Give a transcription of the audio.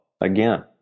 Again